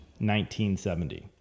1970